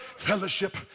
Fellowship